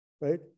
right